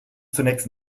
zunächst